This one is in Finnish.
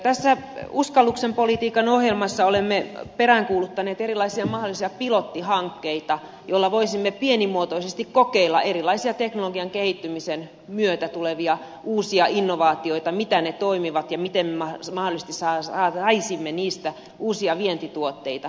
tässä uskalluksen politiikka muistion ohjelmassa olemme peräänkuuluttaneet erilaisia mahdollisia pilottihankkeita joilla voisimme pienimuotoisesti kokeilla erilaisia teknologian kehittymisen myötä tulevia uusia innovaatioita miten ne toimivat ja miten mahdollisesti saisimme niistä uusia vientituotteita